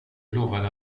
lovade